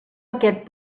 aquest